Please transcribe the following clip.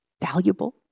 valuable